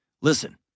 Listen